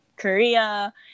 Korea